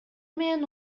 менен